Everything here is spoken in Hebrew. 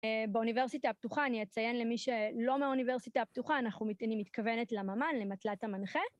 באוניברסיטה הפתוחה, אני אציין למי שלא מאוניברסיטה הפתוחה, אנחנו מתקוונת לממן, למטלת המנחה.